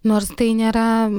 nors tai nėra